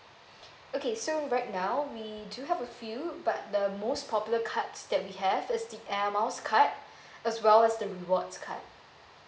okay so right now we do have a few but the most popular cards that we have is the air miles card as well as the rewards card